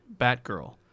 Batgirl